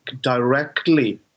directly